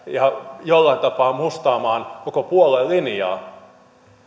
ja jollain tapaa mustaamaan koko puolueen linjaa